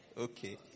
Okay